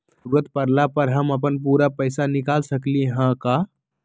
जरूरत परला पर हम अपन पूरा पैसा निकाल सकली ह का?